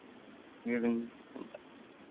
ᱞᱟᱹᱭ ᱫᱟᱞᱤᱧ